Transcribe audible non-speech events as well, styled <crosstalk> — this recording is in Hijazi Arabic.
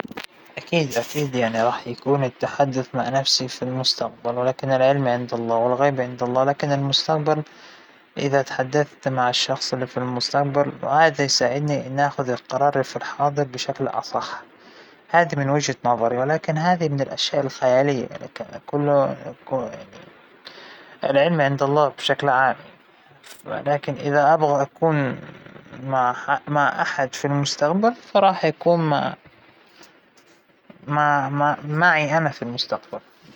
راح اختار إنى أتحدث مع حالى بالمستقبل، لأنه أقل شى أعرف أش الغلطات اللى راح أرتكبها وأحاول أتجنبها، <hesitation> لكن الماضى أنا الحمد لله راضية عنه راضية تمام الرضا، وحتى لو ما قدرت أتحدث مع حالى بالمستقبل فأنا الحمد لله راضى عن أى شى بيصيرلى، وأى شى صار لى.